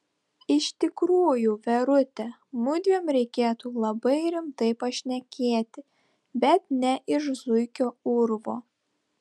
iš tikrųjų verute mudviem reikėtų labai rimtai pašnekėti bet ne iš zuikio urvo